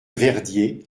verdier